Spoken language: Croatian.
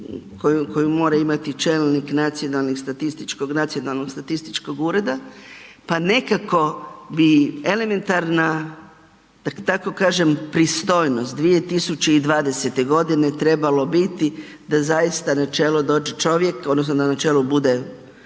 statističkog, nacionalnog statističkog ureda, pa nekako bi elementarna, da tako kažem, pristojnost 2020.g. trebalo biti da zaista na čelo dođe čovjek odnosno da na čelu bude